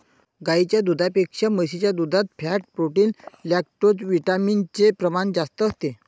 गाईच्या दुधापेक्षा म्हशीच्या दुधात फॅट, प्रोटीन, लैक्टोजविटामिन चे प्रमाण जास्त असते